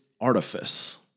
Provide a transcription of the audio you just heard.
artifice